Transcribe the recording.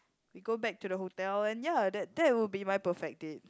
we go back to the hotel and ya that that would be my perfect date